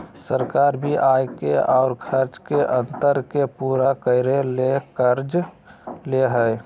सरकार भी आय और खर्च के अंतर के पूरा करय ले कर्ज ले हइ